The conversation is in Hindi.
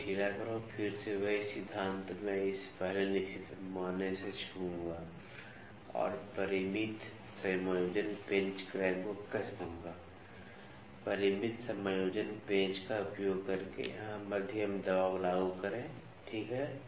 इसे ढीला करो फिर से वही सिद्धांत मैं इसे पहले निश्चित पैमाने से छूऊंगा और परिमित समायोजन पेंच क्लैंप को कस दूंगा परिमित समायोजन पेंच का उपयोग करके यहां मध्यम दबाव लागू करें ठीक है